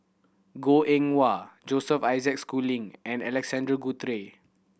Goh Eng Wah Joseph Isaac Schooling and Alexander Guthrie